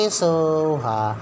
soha